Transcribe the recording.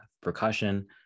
percussion